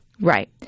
Right